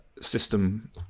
system